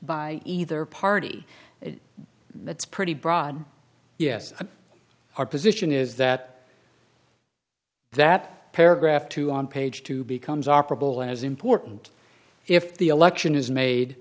by either party that's pretty broad yes our position is that that paragraph two on page two becomes operable as important if the election is made